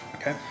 Okay